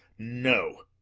no,